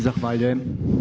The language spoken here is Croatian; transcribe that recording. Zahvaljujem.